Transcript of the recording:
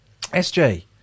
SJ